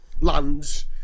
lands